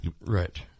Right